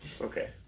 Okay